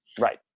Right